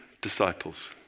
disciples